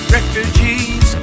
Refugees